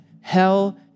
hell